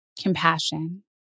compassion